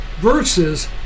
versus